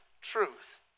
truth